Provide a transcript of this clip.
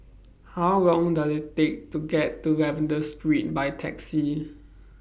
How Long Does IT Take to get to Lavender Street By Taxi